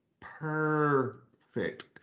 perfect